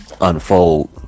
unfold